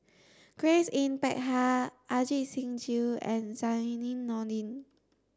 Grace Yin Peck Ha Ajit Singh Gill and Zainudin Nordin